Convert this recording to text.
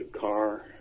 car